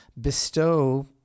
bestow